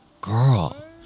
girl